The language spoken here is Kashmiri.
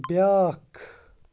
بیٛاکھ